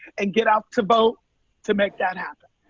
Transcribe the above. and get out to vote to make that happen.